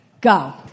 Go